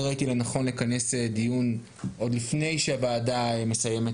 אני ראיתי לנכון לכנס דיון עוד לפני שהוועדה מסיימת